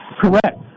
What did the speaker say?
Correct